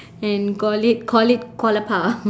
and call it call it koalapa